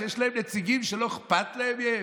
שיש להם נציגים שלא אכפת להם מהם,